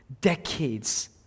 Decades